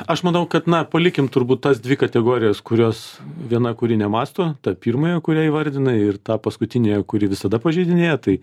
aš manau kad na palikim turbūt tas dvi kategorijas kurios viena kuri nemąsto ta pirmąją kurią įvardinai ir tą paskutiniąją kuri visada pažeidinėja tai